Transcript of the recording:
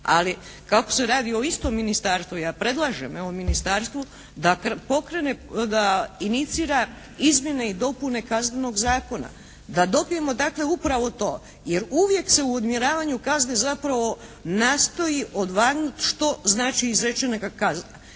ali kako se radi o istom ministarstvu, ja predlažem evo ministarstvu da inicira izmjene i dopune Kaznenog zakona, da dobijemo dakle upravo to jer uvijek se u odmjeravanju kazne zapravo nastoji odvagnut što znači izrečene